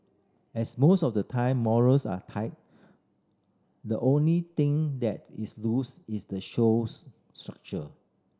as most of the time morals are tight the only thing that is loose is the show's structure